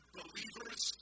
believers